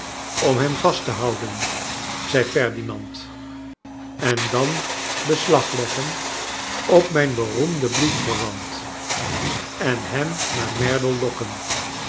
om hem vast te houdeiv zei ferdinand en dan beslag leggen op mijn beroemden bloedverwant en hem naar merdle lokken